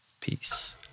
Peace